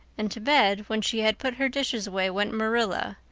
and to bed, when she had put her dishes away, went marilla,